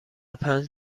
پنج